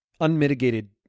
unmitigated